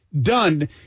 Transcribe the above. done